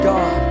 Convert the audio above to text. God